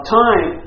time